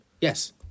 Yes